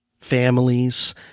families